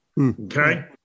Okay